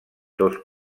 dos